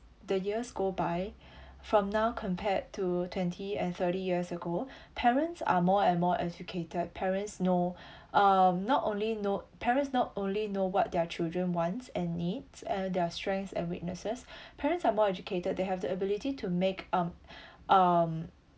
the years go by from now compared to twenty and thirty years ago parents are more and more educated parents know um not only know parents not only know what their children wants and needs and their strengths and weaknesses parents are more educated they have the ability to make um um